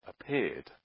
appeared